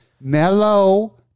mellow